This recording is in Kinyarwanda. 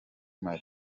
mali